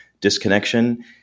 disconnection